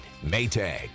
Maytag